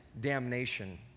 damnation